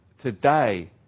today